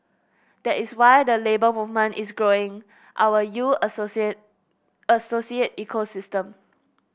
that is why the Labour Movement is growing our U Associate Associate ecosystem